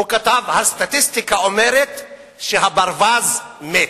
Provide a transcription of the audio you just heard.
הוא כתב: הסטטיסטיקה אומרת שהברווז מת.